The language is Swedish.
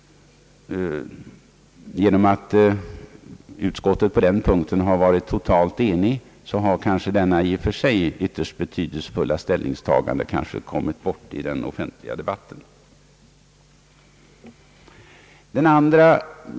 Genom att utskottet på den punkten har varit totalt enigt har kanske detta i och för sig ytterst betydelsefulla ställningstagande kommit bort i den offentliga debatten.